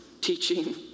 teaching